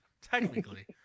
Technically